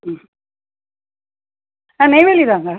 ம் ஆ நெய்வேலி தாங்க